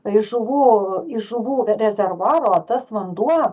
iš žuvų iš žuvų rezervuaro tas vanduo